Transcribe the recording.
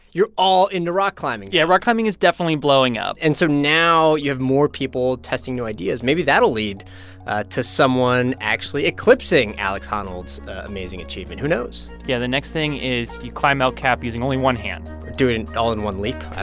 you're all into rock climbing now yeah, rock climbing is definitely blowing up and so now you have more people testing new ideas. maybe that'll lead to someone actually eclipsing alex honnold's honnold's amazing achievement. who knows? yeah, the next thing is you climb el cap using only one hand or doing it all in one leap. i